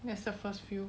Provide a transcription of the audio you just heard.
that's the first few